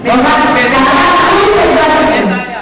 בעזרת השם.